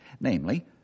namely